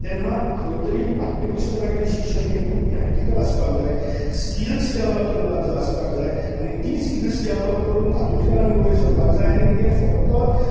तेन्ना खंय तरी पाठ्य पुस्तकांतले शिक्षण हें खूब प्रॅक्टीकल आसपाक जाय स्किल्स डॅवलोप करपाक जाय आसपाक जाय आनी ती स्किल्स डॅवलोप करून तातूंतल्यान आमी वयर सरपाक जाय आनी तें फक्त